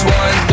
one